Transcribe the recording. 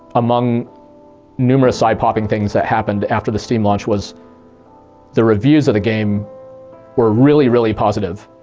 among numerous eye popping things that happened after the steam launch was the reviews of the game were really, really positive.